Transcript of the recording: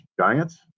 Giants